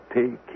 take